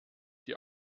die